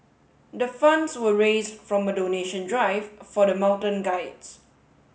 the funds were raised from a donation drive for the mountain guides